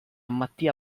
mattia